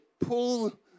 pull